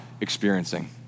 experiencing